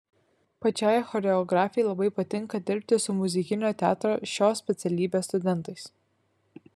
pačiai choreografei labai patinka dirbti su muzikinio teatro šios specialybės studentais